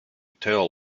tail